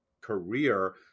career